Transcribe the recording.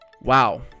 Wow